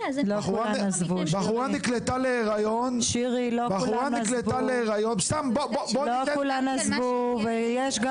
בחורה נקלטה להריון --- שירי לא כולן עזבו ויש גם